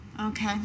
Okay